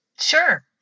Sure